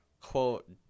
quote